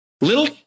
Little